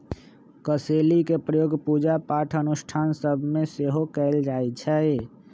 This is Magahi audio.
कसेलि के प्रयोग पूजा पाठ अनुष्ठान सभ में सेहो कएल जाइ छइ